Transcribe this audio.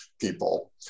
people